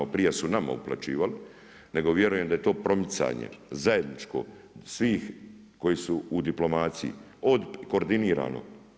Prije su nama uplaćivali, nego vjerujem da je to promicanje zajedničko svih koji su u diplomaciji od koordinirano.